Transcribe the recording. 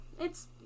It's-